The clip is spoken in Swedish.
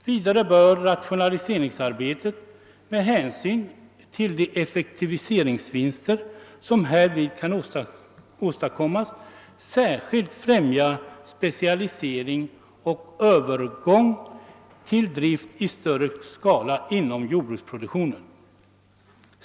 Vidare bör rationaliseringsarbetet med hänsyn till de effektivitetsvinster, som härvid kan åstadkommas, särskilt främja specialisering och övergång till drift i större skala inom jordbruksproduktionen.